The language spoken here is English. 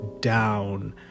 down